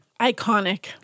Iconic